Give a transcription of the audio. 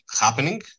happening